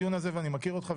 ואני מכיר אותך,